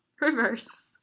reverse